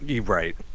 right